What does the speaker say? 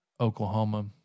Oklahoma